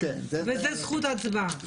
וזו זכות הצבעה.